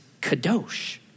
kadosh